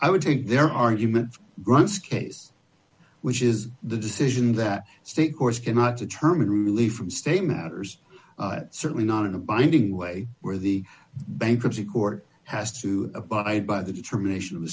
i would think their argument grants case which is the decision that state courts cannot determine relief from state matters certainly not in a binding way where the bankruptcy court has to abide by the determination of the